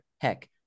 Heck